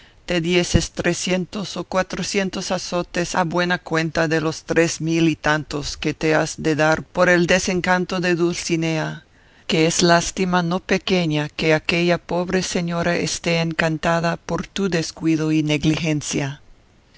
carnes te dieses trecientos o cuatrocientos azotes a buena cuenta de los tres mil y tantos que te has de dar por el desencanto de dulcinea que es lástima no pequeña que aquella pobre señora esté encantada por tu descuido y negligencia